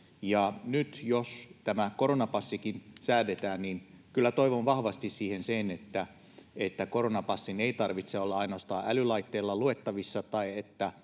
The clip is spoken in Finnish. Nyt jos tämä koronapassikin säädetään, kyllä toivon siihen vahvasti sen, että koronapassin ei tarvitse olla ainoastaan älylaitteilla luettavissa tai että